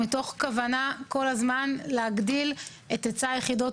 תכנית מנהלים למגזר הציבורי,